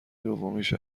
دومیش